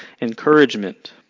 encouragement